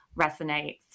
resonates